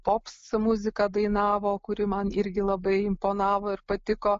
popso muziką dainavo kuri man irgi labai imponavo ir patiko